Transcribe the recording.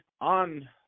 on